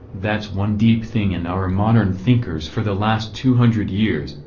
that's one deep thing in our modern thinkers for the last two hundred years,